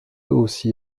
aussi